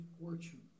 fortune